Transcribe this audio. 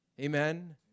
Amen